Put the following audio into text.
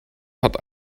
hat